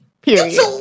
period